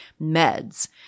meds